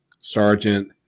Sergeant